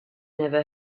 never